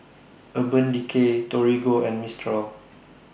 Urban Decay Torigo and Mistral